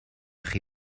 chi